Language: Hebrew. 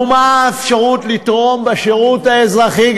ומה עם האפשרות לתרום בשירות האזרחי?